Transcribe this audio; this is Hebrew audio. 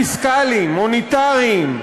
פיסקליים, מוניטריים,